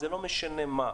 זה לא משנה מה.